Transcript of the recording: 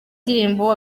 ndirimbo